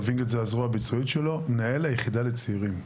הווינגיט זה הזרוע הביצועית שלו - מנהל היחידה לצעירים.